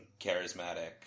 charismatic